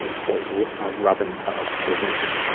a ah rub n' tug, for women.